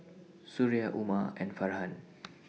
Suria Umar and Farhan